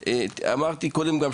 אמרתי גם קודם,